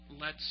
lets